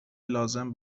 لازم